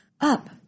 up